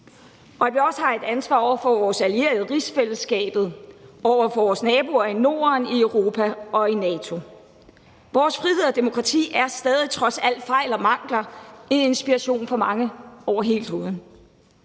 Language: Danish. om, at vi også har et ansvar over for vores allierede i rigsfællesskabet og vores naboer i Norden, i Europa og i NATO. Vores frihed og demokrati er trods alle fejl og mangler en inspiration for mange over hele kloden.